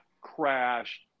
crashed